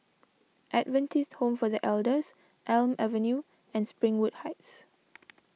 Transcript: Adventist Home for the Elders Elm Avenue and Springwood Heights